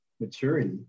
maturity